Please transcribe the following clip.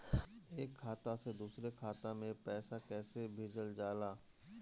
एक खाता से दुसरे खाता मे पैसा कैसे भेजल जाला?